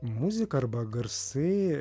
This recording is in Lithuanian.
muzika arba garsai